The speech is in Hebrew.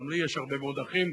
גם לי יש הרבה מאוד אחים,